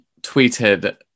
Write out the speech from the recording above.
tweeted